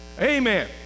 amen